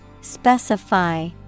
Specify